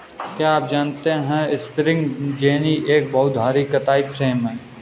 क्या आप जानते है स्पिंनिंग जेनि एक बहु धुरी कताई फ्रेम है?